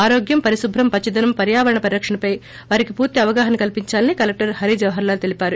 ఆరోగ్యం పరిశుభ్రం పచ్చదనం పర్యారవణ పరిరక్షణపై వారికి పూర్తి అవగాహన కల్పిందాలని కలెక్టర్ హరిజవహర్లాల్ తెలిపారు